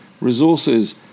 Resources